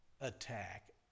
attack